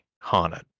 haunted